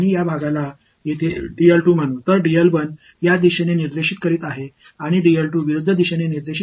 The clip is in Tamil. எனவே இந்த திசையை சுட்டிக்காட்டுகிறது மற்றும் எதிர் திசையில் சுட்டிக்காட்டுகிறது